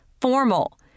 Formal